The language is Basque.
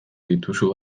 dituzu